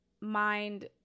mind